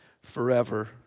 forever